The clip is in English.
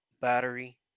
battery